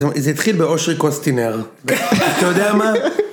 זה התחיל באושרי קוסטינר, אתה יודע מה?